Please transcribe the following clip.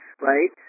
Right